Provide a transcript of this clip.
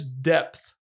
depth